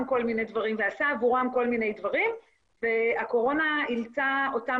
כל מיני דברים ועשה עבורם כל מיני דברים והקורונה אילצה אותם